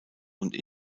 und